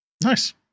nice